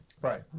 Right